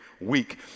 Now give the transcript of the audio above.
week